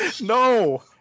No